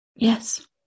Yes